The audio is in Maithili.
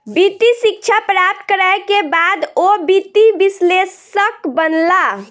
वित्तीय शिक्षा प्राप्त करै के बाद ओ वित्तीय विश्लेषक बनला